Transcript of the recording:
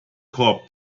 korb